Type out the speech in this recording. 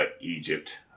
Egypt